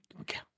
Okay